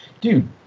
dude